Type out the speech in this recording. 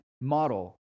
model